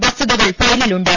വസ്തുതകൾ ഫയലിലുണ്ട്